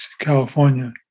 California